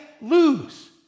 lose